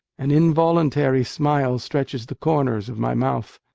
an involuntary smile stretches the corners of my mouth.